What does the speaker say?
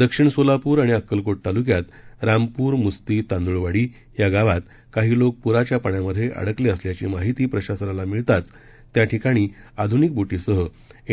दक्षिण सोलापूर आणि अक्कलकोट तालुक्यात रामपूर मुस्ती तांदुळवाडी या गावात काही लोक पुराच्या पाण्यामध्ये अडकले असल्याची माहिती प्रशासनाला मिळताच त्या ठिकाणी आधुनिक बोटीसह